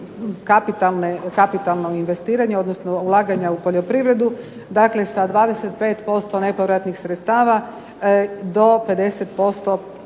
kapitalno investiranje, odnosno ulaganja u poljoprivredu. Dakle sa 25% nepovratnih sredstava, do 50%